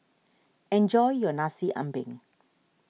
enjoy your Nasi Ambeng